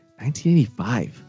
1985